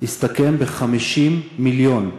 הסתכם ב-50 מיליון.